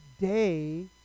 day